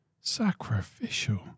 Sacrificial